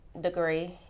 degree